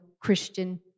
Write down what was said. Christian